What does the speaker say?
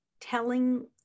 telling